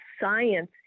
science